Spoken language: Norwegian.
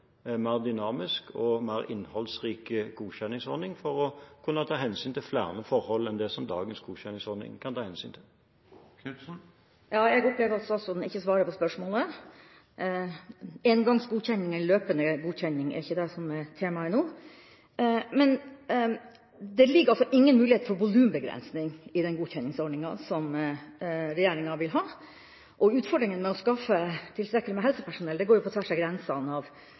mer dynamisk og mer innholdsrik godkjenningsordning for å kunne ta hensyn til flere forhold enn det som dagens godkjenningsordning kan ta hensyn til. Jeg opplever at statsråden ikke svarer på spørsmålet. Engangsgodkjenning eller løpende godkjenning er ikke det som er temaet nå. Det ligger altså ingen mulighet for volumbegrensning i den godkjenningsordninga som regjeringa vil ha, og utfordringa med å skaffe tilstrekkelig med helsepersonell går jo på tvers av grensene